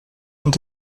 ont